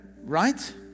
right